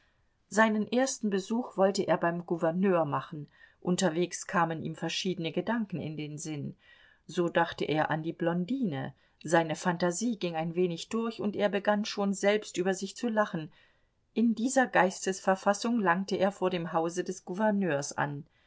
seinen ersten besuch wollte er beim gouverneur machen unterwegs kamen ihm verschiedene gedanken in den sinn so dachte er an die blondine seine phantasie ging ein wenig durch und er begann schon selbst über sich zu lachen in dieser geistesverfassung langte er vor dem hause des gouverneurs an